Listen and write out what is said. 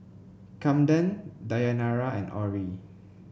Kamden Dayanara and Orrie